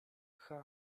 cha